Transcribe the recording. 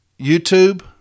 YouTube